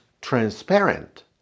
transparent